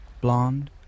blonde